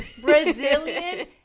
brazilian